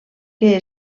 que